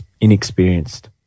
inexperienced